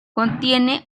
contiene